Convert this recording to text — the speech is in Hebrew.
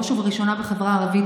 ובראש ובראשונה בחברה הערבית,